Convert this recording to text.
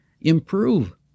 improve